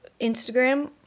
Instagram